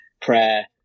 prayer